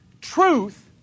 Truth